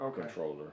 controller